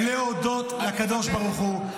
צריך להודות לקדוש ברוך הוא.